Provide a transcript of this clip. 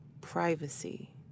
Privacy